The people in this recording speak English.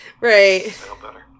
Right